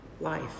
life